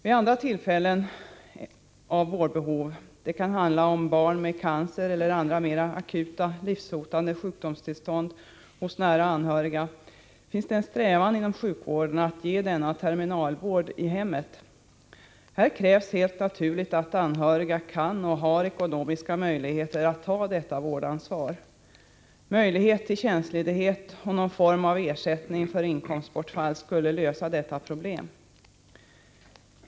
Vid andra tillfällen då det behövs vård — det kan handla om barn med cancer eller om andra mera akuta livshotande sjukdomstillstånd hos nära anhöriga — finns det en strävan inom sjukvården att ge denna terminalvård i hemmet. Här krävs helt naturligt att anhöriga kan göra en insats och har ekonomiska möjligheter att ta detta vårdansvar. Möjlighet till tjänstledighet och någon form av ersättning för inkomstbortfall skulle lösa detta problem.